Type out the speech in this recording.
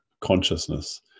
consciousness